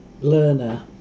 learner